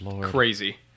crazy